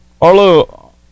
Arlo